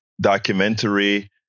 documentary